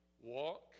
Walk